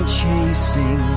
chasing